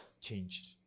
changed